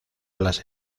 las